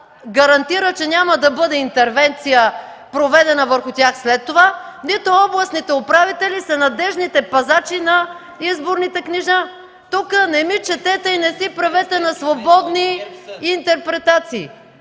гарантира, че няма да бъде проведена интервенция върху тях след това, нито областните управители са надеждните пазачи на изборните книжа. Тук не ми четете и не си правете свободни интерпретации.